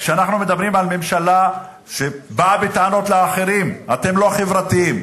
כשאנחנו מדברים על ממשלה שבאה בטענות לאחרים: אתם לא חברתיים,